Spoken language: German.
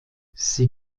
sie